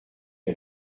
les